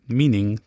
meaning